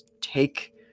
take